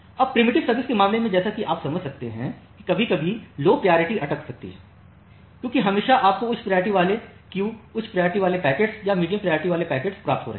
अब preemptive service के मामले में जैसा कि आप समझ सकते हैं कि कभी कभी लो प्रायोरिटी क्यू अटक सकती है क्योंकि हमेशा आपको उच्च प्रायोरिटी वाले क्यू उच्च प्रायोरिटी वाले पैकेट्स या मीडियम प्रायोरिटी वाले पैकेट्स प्राप्त हो रहे हैं